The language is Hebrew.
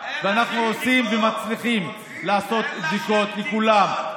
ואנחנו עושים ומצליחים לעשות בדיקות לכולם.